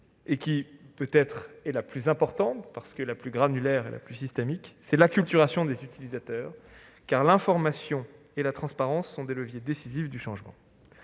peut-être la plus importante, parce qu'elle est la plus « granulaire » et la plus systémique -est l'acculturation des utilisateurs, car l'information et la transparence sont des leviers décisifs du changement.